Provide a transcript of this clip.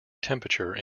temperature